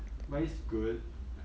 but it's good